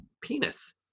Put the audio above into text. penis